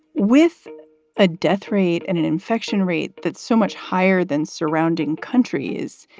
with a death rate and an infection rate that's so much higher than surrounding countries,